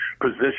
position